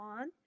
on